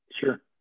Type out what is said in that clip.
sure